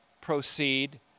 proceed